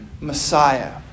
Messiah